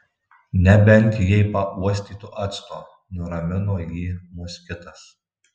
nebent jei pauostytų acto nuramino jį moskitas